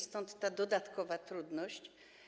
Stąd ta dodatkowa trudność.